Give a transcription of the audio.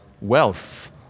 wealth